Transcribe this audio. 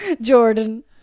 Jordan